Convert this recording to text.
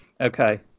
okay